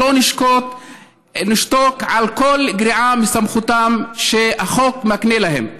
ולא נשתוק על כל גריעה מהסמכות שהחוק מקנה להם.